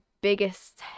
biggest